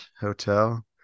Hotel